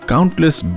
Countless